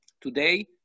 Today